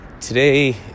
Today